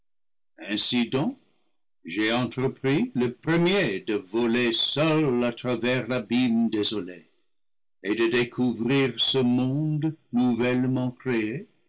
ainsi donc j'ai entrepris le premier de voler seul à travers l'abîme désolé et de découvrir ce monde nouvellement créé